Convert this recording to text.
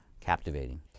captivating